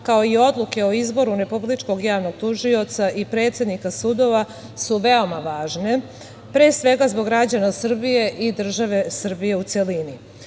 kao i odluke o izboru Republičkog javnog tužioca i predsednika sudova su veoma važne, pre svega zbog građana Srbije i države Srbije u celini. Ovim